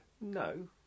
No